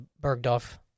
Bergdorf